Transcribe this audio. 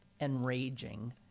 enraging